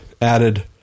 added